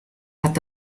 hat